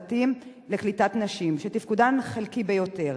הצוות לקליטת נשים שתפקודן חלקי ביותר.